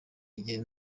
igihe